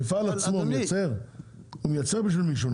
המפעל עצמו מייצר בשביל מישהו.